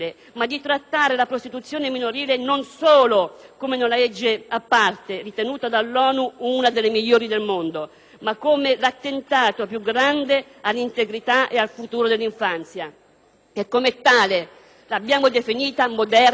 con una legge a parte, ritenuta dall'ONU una delle migliori al mondo, ma come l'attentato più grande all'integrità e al futuro dell'infanzia, e, come tale, l'abbiamo definita moderna riduzione in schiavitù, secondo una dizione della Caritas.